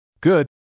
Good